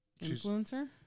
Influencer